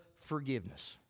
forgiveness